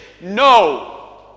No